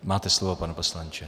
Máte slovo, pane poslanče.